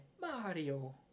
Mario